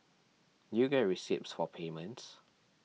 do you get receipts for payments